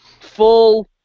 Full